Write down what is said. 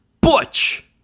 Butch